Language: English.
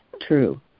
true